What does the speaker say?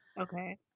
Okay